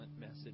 message